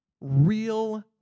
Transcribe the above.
real